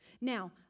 Now